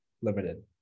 limited